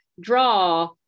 draw